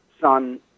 son